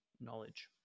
knowledge